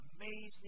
amazing